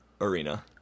Arena